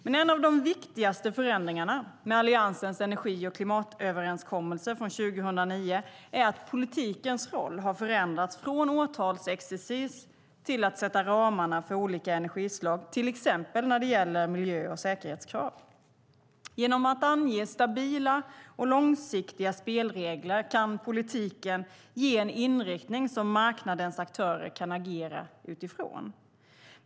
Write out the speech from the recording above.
Men en av de viktigaste förändringarna med Alliansens energi och klimatöverenskommelse från 2009 är att politikens roll har förändrats från årtalsexercis till att sätta ramarna för olika energislag, till exempel när det gäller miljö och säkerhetskrav. Genom att ange stabila och långsiktiga spelregler kan politiken ge en inriktning som marknadens aktörer kan agera utifrån.